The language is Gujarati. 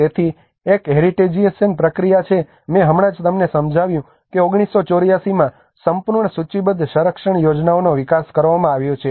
તેથી એક હેરિટેજિએશન પ્રક્રિયા છે મેં હમણાં જ તમને સમજાવ્યું કે 1984 માં સંપૂર્ણ સૂચિબદ્ધ સંરક્ષણ યોજનાનો વિકાસ કરવામાં આવ્યો છે